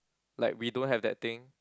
like we don't have that thing